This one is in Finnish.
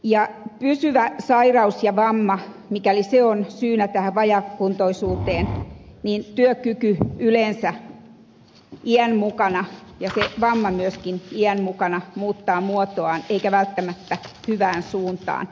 mikäli pysyvä sairaus tai vamma on syynä vajaakuntoisuuteen niin työkyky yleensä iän mukana ja vamma myöskin iän mukana muuttaa muotoaan eikä välttämättä hyvään suuntaan